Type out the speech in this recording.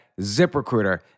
ZipRecruiter